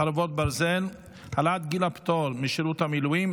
חרבות ברזל) (העלאת גיל הפטור משירות מילואים),